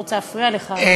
לא רוצה להפריע לך.